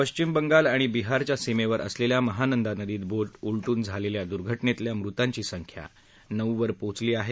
पश्चिम बंगाल आणि बिहारच्या सीमेवर असलेल्या महानंदा नदीत बोट उलटून झालेल्या दुर्घटनेतल्या मृतांची संख्या नऊवर पोचली आहे